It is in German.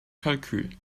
kalkül